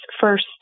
first